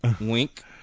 wink